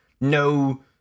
No